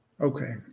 Okay